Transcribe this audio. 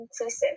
inclusive